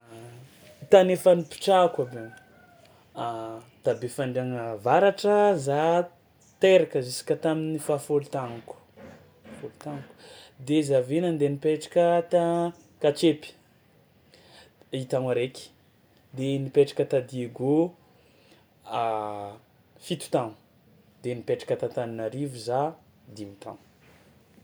Tany efa nipetrahako abiny: ta Befandriagna avaratra za teraka juska tamin'ny fahafolo tagnako folo tagnako de za avy eo nandeha ta Katsepy i tagno araiky de nipetraka ta Diego fito tagno de nipetraka ta Antananarivo za dimy tagno.